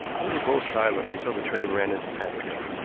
we were both silent until the train ran into paddington.